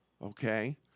Okay